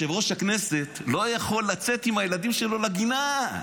יושב-ראש הכנסת לא יכול לצאת עם הילדים שלו לגינה,